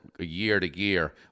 year-to-year